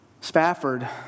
Spafford